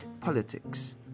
politics